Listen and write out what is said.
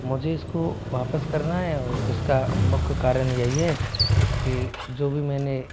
मुझे इसको वापस करना है और इसका मुख्य कारण यही है कि जो भी मैंने